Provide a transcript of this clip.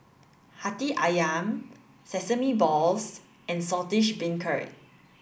Hati Ayam sesame balls and Saltish Beancurd